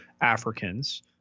Africans